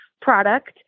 product